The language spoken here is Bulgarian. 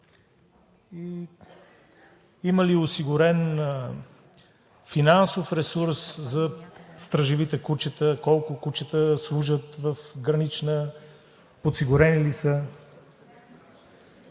Има ли осигурен финансов ресурс за стражевите кучета – колко кучета служат в „Гранична полиция“ и подсигурени ли са?